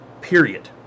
Period